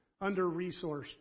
under-resourced